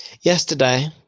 yesterday